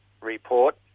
report